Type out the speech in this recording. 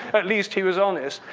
at least he was honest.